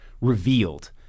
revealed—